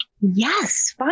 yes